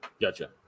Gotcha